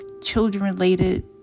children-related